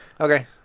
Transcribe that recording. Okay